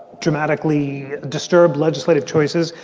dramatically disturb legislative choices,